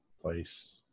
place